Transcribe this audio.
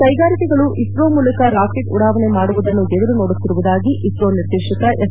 ಕೈಗಾರಿಕೆಗಳು ಇಸ್ತೋದ ಮೂಲಕ ರಾಕೆಟ್ ಉಡಾವಣೆ ಮಾಡುವುದನ್ನು ಎದುರು ನೋಡುತ್ತಿರುವುದಾಗಿ ಇಸ್ರೋ ನಿರ್ದೇಶಕ ಎಸ್